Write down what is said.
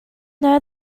know